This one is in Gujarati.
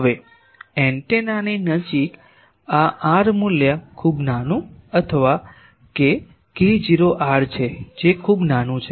હવે એન્ટેનાની નજીક આ r મૂલ્ય ખૂબ નાનું અથવા કે k0 r છે જે ખૂબ નાનું છે